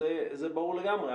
זה ברור לגמרי,